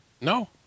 No